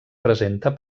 presenta